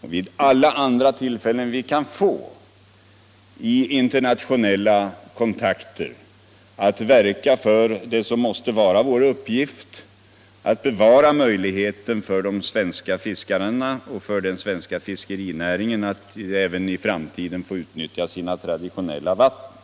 som i andra internationella sammanhang — på bred front verka för det som måste vara regeringens uppgift, nämligen att bevara möjligheten för de svenska fiskarna och för den svenska fiskerinäringen att även i framtiden få utnyttja sina internationella vatten.